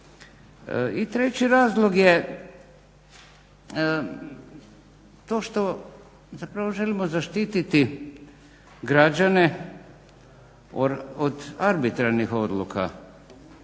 I treći razlog je to što zapravo želimo zaštititi građane od arbitrarnih odluka